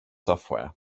software